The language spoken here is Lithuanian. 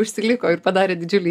užsiliko ir padarė didžiulį